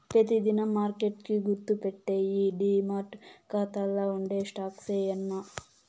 పెతి దినం మార్కెట్ కి గుర్తుపెట్టేయ్యి డీమార్ట్ కాతాల్ల ఉండే స్టాక్సే యాన్నా